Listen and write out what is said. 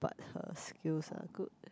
her skills are good